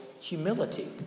humility